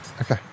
okay